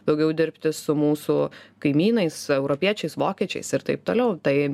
daugiau dirbti su mūsų kaimynais europiečiais vokiečiais ir taip toliau tai